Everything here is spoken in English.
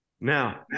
Now